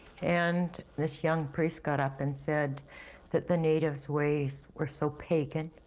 and this young priest got up and said that the natives' ways were so pagan.